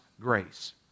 grace